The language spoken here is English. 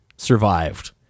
survived